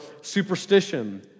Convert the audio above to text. superstition